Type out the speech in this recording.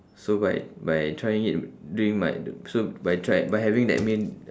so by by trying it during my so by try~ by having that meal